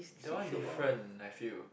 that one different I feel